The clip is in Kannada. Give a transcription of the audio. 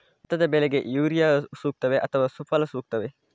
ಭತ್ತದ ಬೆಳೆಗೆ ಯೂರಿಯಾ ಸೂಕ್ತವೇ ಅಥವಾ ಸುಫಲ ಸೂಕ್ತವೇ?